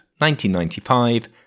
1995